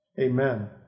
Amen